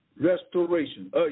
Restoration